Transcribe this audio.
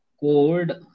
code